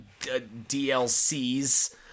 DLCs